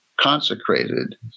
Consecrated